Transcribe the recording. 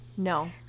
No